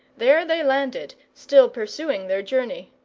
there they landed, still pursuing their journey.